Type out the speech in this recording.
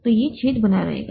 तो वह छेद बना रहेगा